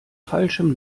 falschem